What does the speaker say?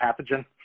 pathogen